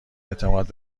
اعتماد